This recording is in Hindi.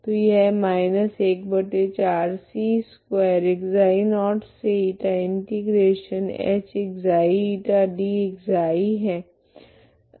तो यह है